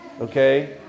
okay